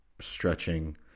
stretching